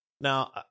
now